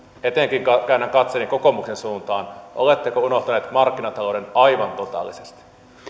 etenkin käännän katseeni kokoomuksen suuntaan oletteko unohtaneet markkinatalouden aivan totaalisesti